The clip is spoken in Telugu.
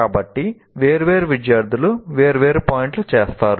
కాబట్టి వేర్వేరు విద్యార్థులు వేర్వేరు పాయింట్లు చేస్తారు